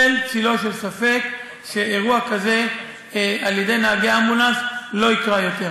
אין לי צל-צלו של ספק שאירוע כזה על ידי נהגי אמבולנס לא יקרה יותר.